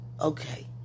Okay